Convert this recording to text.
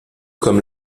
comme